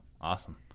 awesome